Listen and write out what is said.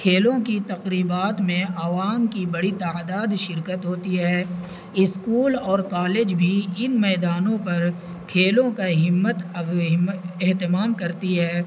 کھیلوں کی تقریبات میں عوام کی بڑی تعداد شرکت ہوتی ہے اسکول اور کالج بھی ان میدانوں پر کھیلوں کا ہمت ا اہتمام کرتی ہے